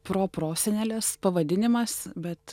proprosenelės pavadinimas bet